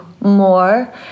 more